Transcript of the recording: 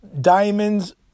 diamonds